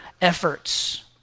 efforts